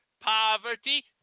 poverty